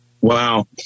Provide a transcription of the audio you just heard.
Wow